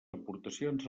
aportacions